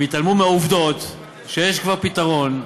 הם יתעלמו מהעובדות, שיש כבר פתרון.